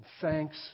Thanks